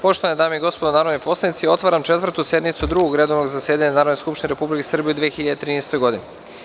Poštovane dame i gospodo narodni poslanici, otvaram Četvrtu sednicu Drugog redovnog zasedanja Narodne skupštine Republike Srbije u 2013. godini.